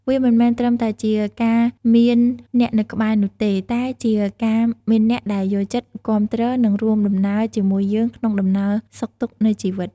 វាមិនមែនត្រឹមតែជាការមានអ្នកនៅក្បែរនោះទេ តែជាការមានអ្នកដែលយល់ចិត្ត គាំទ្រ និងរួមដំណើរជាមួយយើងក្នុងដំណើរសុខទុក្ខនៃជីវិត។